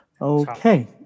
Okay